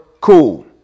cool